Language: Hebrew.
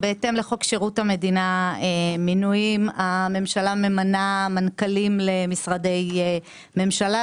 בהתאם לחוק שירות המדינה (מינויים) הממשלה ממנה מנכ"לים למשרדי ממשלה,